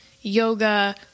yoga